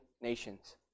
nations